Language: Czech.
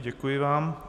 Děkuji vám.